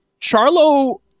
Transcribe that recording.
Charlo